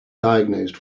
diagnosed